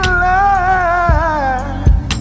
life